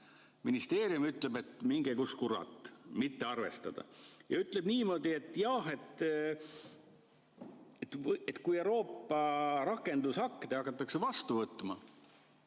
Ministeerium ütleb, et minge kus kurat, mitte arvestada, ja ütleb veel niimoodi, et kui Euroopa rakendusakte hakatakse vastu võtma,